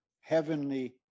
heavenly